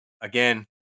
again